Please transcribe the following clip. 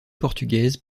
portugaise